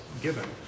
given